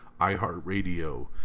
iHeartRadio